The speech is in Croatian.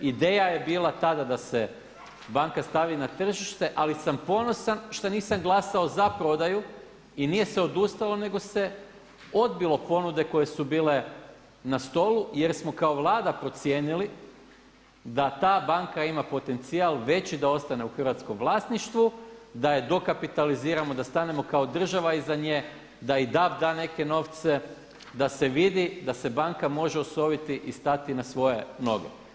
Ideja je bila tada da se banka stavi na tržište, ali sam ponosan šta nisam glasao za prodaju i nije se odustalo nego se odbilo ponude koje su bile na stolu, jer smo kao Vlada procijenili da ta banka ima potencijal veći da ostane u hrvatskom vlasništvu, da je dokapitaliziramo, da stanemo kao država iza nje, da i DAV da neke novce, da se vidi da se banka može osoviti i stati na svoje noge.